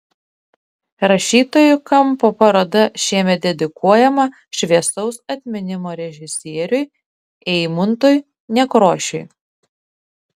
rašytojų kampo paroda šiemet dedikuojama šviesaus atminimo režisieriui eimuntui nekrošiui